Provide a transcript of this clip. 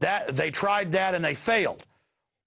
that they tried that and they failed